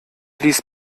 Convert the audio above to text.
ließ